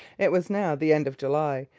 it was now the end of july,